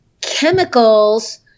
chemicals